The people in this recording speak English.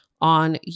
on